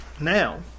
now